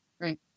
Right